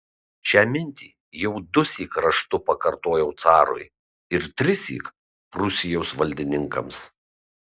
šią mintį jau dusyk raštu pakartojau carui ir trissyk prūsijos valdininkams